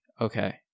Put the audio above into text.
Okay